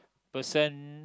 person